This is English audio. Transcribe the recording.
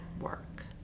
work